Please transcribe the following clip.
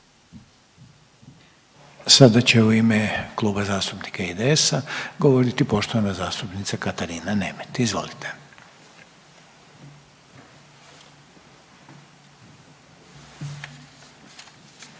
Sada će u ime Kluba zastupnika IDS-a govoriti poštovana zastupnica Katarina Nemet. Izvolite.